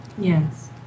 yes